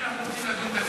אם אנחנו רוצים לדון בזה,